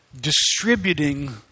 distributing